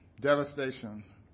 devastation